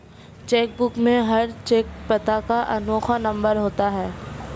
check book में हर cheque पता का अनोखा नंबर होता है